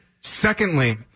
Secondly